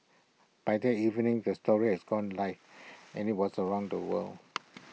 by that evening the story has gone live and IT was around the world